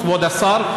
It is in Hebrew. כבוד השר,